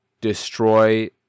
destroy